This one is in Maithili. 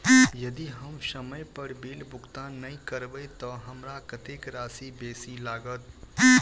यदि हम समय पर बिल भुगतान नै करबै तऽ हमरा कत्तेक राशि बेसी लागत?